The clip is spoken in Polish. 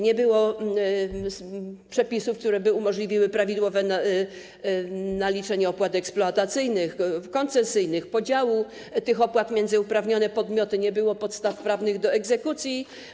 Nie było przepisów, które umożliwiłyby prawidłowe naliczenie opłat eksploatacyjnych, koncesyjnych, podziału tych opłat między uprawnione podmioty, nie było podstaw prawnych do egzekucji.